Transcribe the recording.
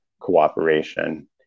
cooperation